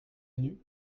venu